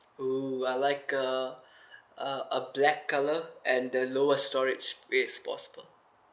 oh I like a uh a black colour and the lowest storage space possible